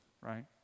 right